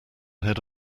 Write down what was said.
head